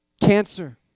Cancer